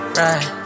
right